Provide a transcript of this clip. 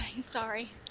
sorry